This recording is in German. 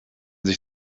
sich